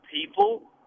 people